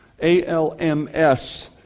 A-L-M-S